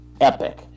epic